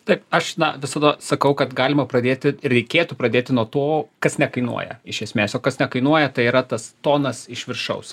taip aš na visada sakau kad galima pradėti reikėtų pradėti nuo to kas nekainuoja iš esmės o kas nekainuoja tai yra tas tonas iš viršaus